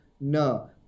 No